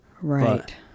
Right